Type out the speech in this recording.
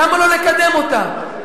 למה לא לקדם אותה?